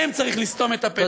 להם צריך לסתום את הפה.